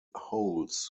holds